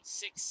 six